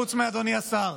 חוץ מאדוני השר.